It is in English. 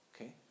Okay